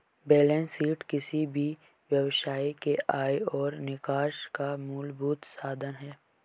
balance sheet किसी भी व्यवसाय के आय और निकास का मूलभूत साधन है